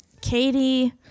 Katie